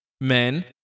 men